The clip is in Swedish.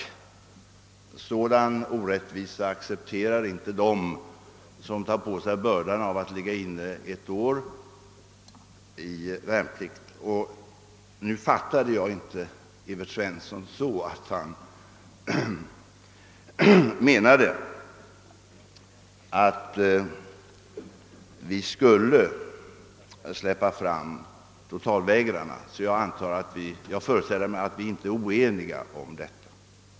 En sådan orättvisa accepterar inte de som tar på sig bördan att ligga inne ett år i värnpliktstjänstgöring. Jag fattar inte herr Evert Svenssons ord så att han menade att vi skulle släppa fram totalvägrarna; så jag föreställer mig att vi inte är oeniga i detta avseende.